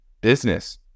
business